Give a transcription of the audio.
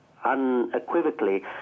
unequivocally